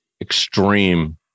extreme